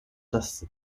das